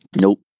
Nope